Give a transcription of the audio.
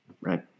Right